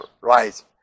right